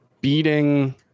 beating